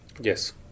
Yes